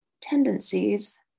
tendencies